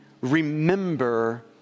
Remember